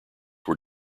were